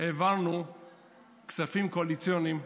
העברנו כספים קואליציוניים.